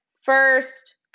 First